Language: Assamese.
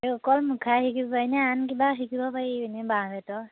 এই অকল মুখাই শিকিব পাৰি নে আন কিবা শিকিব পাৰি এনেই বাঁহ বেতৰ